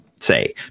say